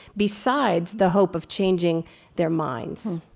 besides the hope of changing their minds?